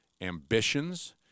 ambitions